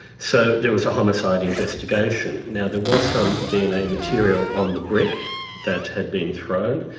so, there was a homicide investigation. now, there was some dna material on the brick that had been thrown,